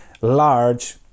large